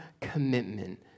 commitment